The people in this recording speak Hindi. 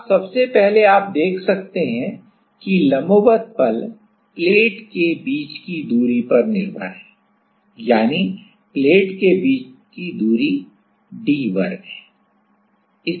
अब सबसे पहले आप देख सकते हैं कि लंबवत बल प्लेट के बीच की दूरी पर निर्भर है यानी प्लेट के बीच की दूरी d वर्ग है